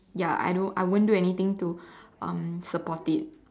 ya I don't I won't do anything to um support it